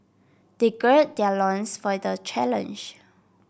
they gird their loins for the challenge